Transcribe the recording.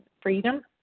freedom